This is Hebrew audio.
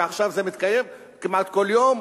שעכשיו זה מתקיים כמעט כל יום.